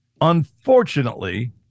unfortunately